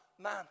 man